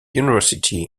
university